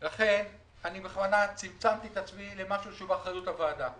לכן אני בכוונה צמצמתי את עצמי למשהו שהוא באחריות הוועדה.